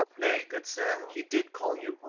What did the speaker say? nay, good sir he did call you.